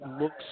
looks